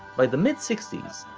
by the mid-sixties,